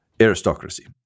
aristocracy